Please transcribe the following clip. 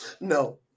No